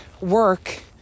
work